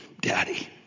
Daddy